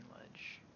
ledge